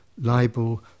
libel